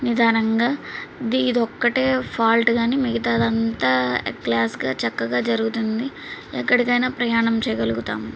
నిదానంగా దీ ఇదొక్కటే ఫాల్ట్ కాని మిగతాదంతా క్లాస్గా చక్కగా జరుగుతుంది ఎక్కడికైనా ప్రయాణం చేయగలుగుతాం